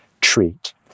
treat